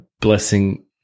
blessing